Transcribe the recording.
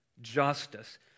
justice